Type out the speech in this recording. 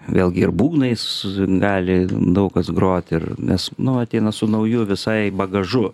vėlgi ir būgnais gali daug kas grot ir nes nuo ateina su nauju visai bagažu